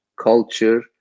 culture